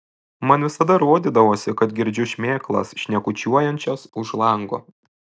man visada rodydavosi kad girdžiu šmėklas šnekučiuojančias už lango